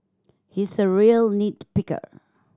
he is a real nit picker